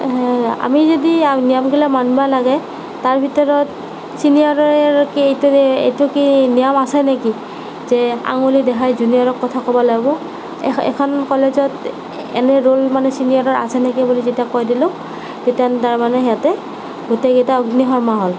আমি যদি নিয়মগিলা মানিব লাগে তাৰ ভিতৰত ছিনিয়ৰে আৰু কি এইটো কি এইটো কি নিয়ম আছে নেকি যে আঙুলি দেখাই জুনিয়ৰক কথা ক'ব লাগিব এইখন এইখন কলেজত এনে ৰোল মানে ছিনিয়ৰৰ আছে নেকি বুলি যেতিয়া কৈ দিলোঁ তেতিয়া তাৰমানে সিহঁতে গোটেইকেইটা অগ্নিশৰ্মা হ'ল